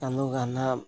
ᱪᱟᱸᱫᱚ ᱜᱟᱱᱦᱟᱜ